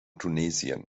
tunesien